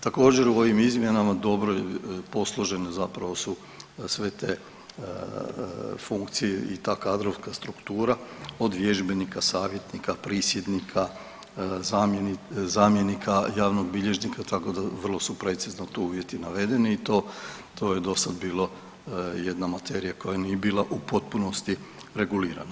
Također u ovim izmjenama dobro je posložene zapravo su sve te funkcije i ta kadrovska struktura, od vježbenika, savjetnika, prisjednika, zamjenika javnog bilježnika tako da vrlo su precizno tu uvjeti navedeni i to, to je dosada bila jedna materija koja nije bila u potpunosti regulirana.